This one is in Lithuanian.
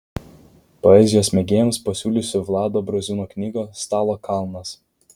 poezijos mėgėjams pasiūlysiu vlado braziūno knygą stalo kalnas